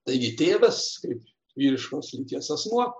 taigi tėvas kaip vyriškos lyties asmuo